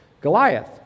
goliath